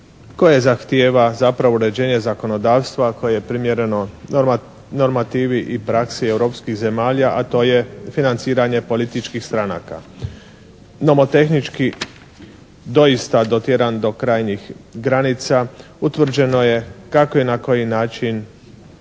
koji zahtijeva zapravo uređenje zakonodavstva koje je primjereno normativi i praksi europskih zemalja, a to je financiranje političkih stranaka. Nomotehnički doista dotjeran do krajnjih granica, utvrđeno je kako i na koji način